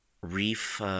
reef